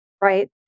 right